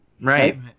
Right